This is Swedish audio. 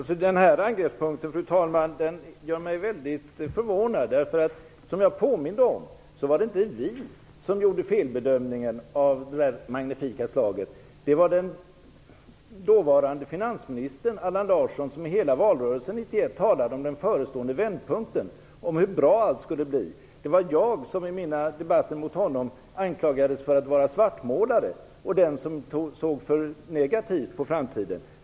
Fru talman! Denna angreppspunkt gör mig förvånad. Som jag påminde om var det inte vi som gjorde en felbedömning av detta magnifika slag. Det var den dåvarande finansministern Allan Larsson som i hela valrörelsen 1991 talade om den förestående vändpunkten och om hur bra allt skulle bli. Det var jag som i mina debatter mot honom anklagades för att svartmåla och vara den som såg för negativt på framtiden.